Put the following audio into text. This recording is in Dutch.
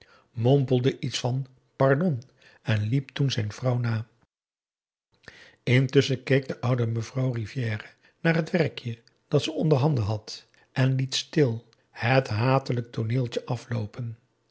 mompelde iets van pardon en liep toen zijn vrouw na intusschen keek de oude mevrouw rivière naar het werkje dat ze onderhanden had en liet stil het hatelijk tooneeltje afloopen